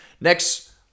next